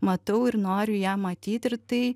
matau ir noriu ją matyt ir tai